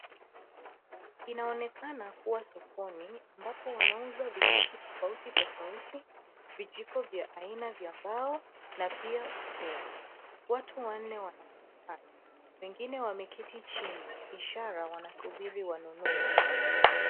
Inaonekana kuwa sokono, ambapo wanauza vikapu tofauti tofauti, vijiko kwa aina vya mbao na pia uteo. Watu wanne wanaonekana, wengine wameketi chini ishara wanasuburi wanunuzi.